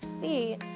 see